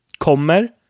Kommer